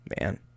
Man